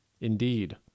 Indeed